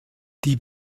die